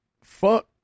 Fuck